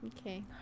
Okay